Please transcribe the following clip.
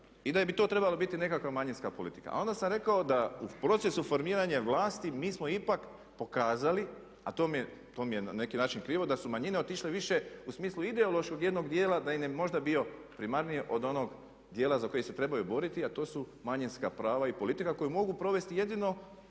i da bi to trebala biti nekakva manjinska politika. A onda sam rekao da u procesu formiranja vlasti mi smo ipak pokazali, a to mi je na neki način krivo da su manjine otišle više u smislu ideološkog jednog dijela da im je možda bilo primarnije od onog dijela za koji se trebaju boriti, a to su manjinska prava i politika koju mogu provesti jedino